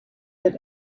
that